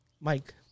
Mike